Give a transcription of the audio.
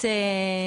פנדמי.